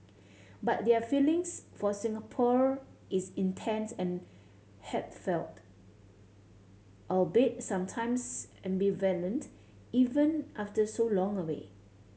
but their feelings for Singapore is intense and heartfelt albeit sometimes ambivalent even after so long away